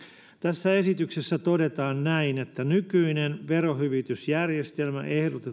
tässä esityksessä todetaan näin nykyinen verohyvitysjärjestelmä ehdotetaan